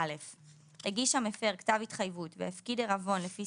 26כדהפרת התחייבות הגיש המפר כתב התחייבות והפקיד עירבון לפי